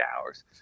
hours